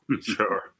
Sure